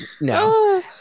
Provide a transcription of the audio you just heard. No